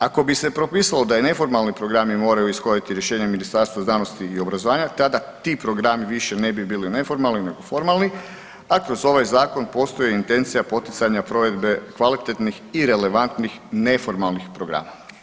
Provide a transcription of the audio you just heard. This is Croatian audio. Ako bi se propisalo da i neformalni programi moraju ishoditi rješenje Ministarstva znanosti i obrazovanja tada ti programi više ne bi bili neformalni nego formalni, a kroz ovaj zakon postoji intencija poticanja provedbe kvalitetnih i relevantnih neformalnih programa.